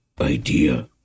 idea